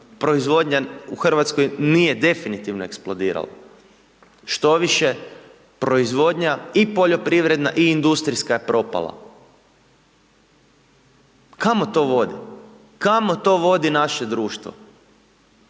proizvodnja u Hrvatskoj nije definitivno eksplodirala, štoviše, proizvodnja i poljoprivredna i industrijska je propala. Kamo to vodi? Kamo to vodi naše društvo?